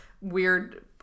weird